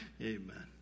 amen